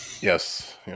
Yes